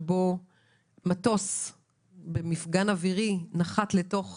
שבו מטוס במפגן אווירי נחת לתוך